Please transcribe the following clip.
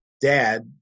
dad